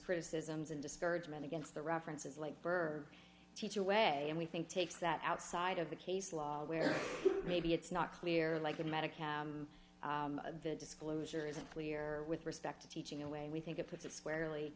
criticisms and discouragement against the references like bird teach away and we think takes that outside of the case law where maybe it's not clear like the medical the disclosure isn't clear with respect to teaching in a way we think it puts it squarely